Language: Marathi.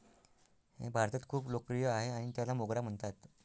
हे भारतात खूप लोकप्रिय आहे आणि त्याला मोगरा म्हणतात